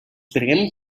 preguem